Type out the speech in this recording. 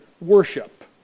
worship